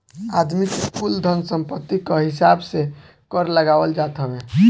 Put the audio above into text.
आदमी के कुल धन सम्पत्ति कअ हिसाब से कर लगावल जात हवे